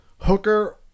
Hooker